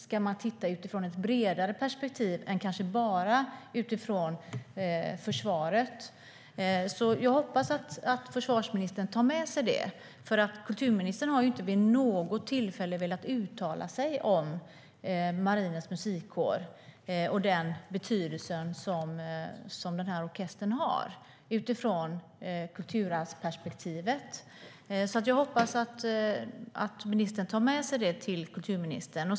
Ska man titta utifrån ett bredare perspektiv än bara utifrån försvarets perspektiv? Jag hoppas att försvarsministern tar med sig frågorna. Kulturministern har inte vid något tillfälle velat uttala sig om betydelsen av Marinens Musikkår i ett kulturarvsperspektiv. Jag hoppas att ministern tar med sig frågorna till kulturministern.